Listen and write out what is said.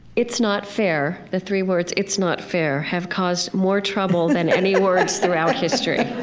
it's not fair the three words it's not fair have caused more trouble than any words throughout history.